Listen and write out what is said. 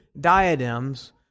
diadems